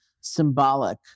symbolic